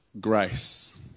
Grace